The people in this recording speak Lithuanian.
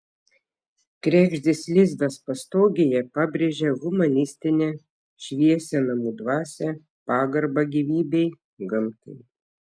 kregždės lizdas pastogėje pabrėžia humanistinę šviesią namų dvasią pagarbą gyvybei gamtai